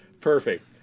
Perfect